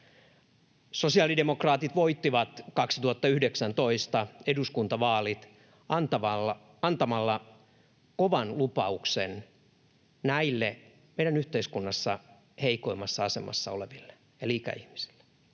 Sosiaalidemokraatit voittivat 2019 eduskuntavaalit antamalla kovan lupauksen näille meidän yhteiskunnassa heikoimmassa asemassa oleville eli ikäihmisille